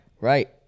right